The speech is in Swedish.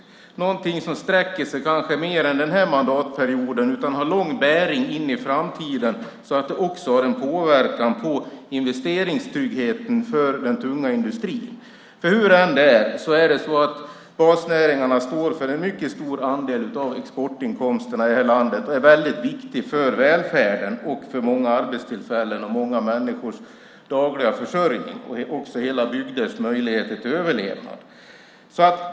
Det ska kanske vara någonting som sträcker sig längre än den här mandatperioden och har bäring långt in i framtiden, så att det också har en påverkan på investeringstryggheten för den tunga industrin. Hur det än är står basnäringarna för en mycket stor andel av exportinkomsterna i det här landet, och de är väldigt viktiga för välfärden. Det handlar om många arbetstillfällen och många människors dagliga försörjning och också hela bygders möjligheter till överlevnad.